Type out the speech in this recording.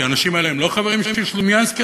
כי האנשים האלה הם לא חברים של סלומינסקי,